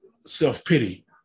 self-pity